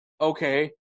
okay